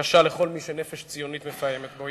קשה לכל מי שנפש ציונית מפעמת בו.